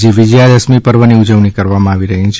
આજે વિજ્યા દશમી પર્વની ઉજવણી કરવામાં આવી રહી છે